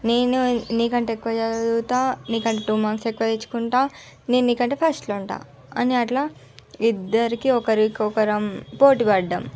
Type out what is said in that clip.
నేను నీకంటే ఎక్కువ చదువుతాను నీకంటే టూ మార్క్స్ ఎక్కువ తెచ్చుకుంటాను నేను నీకంటే ఫస్ట్లో ఉంటాను అని అట్లా ఇద్దరిలో ఇద్దరికీ ఒకరికి ఒకరం పోటీ పడ్డాము